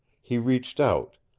he reached out,